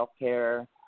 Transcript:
healthcare